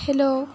hello